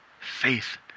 Faith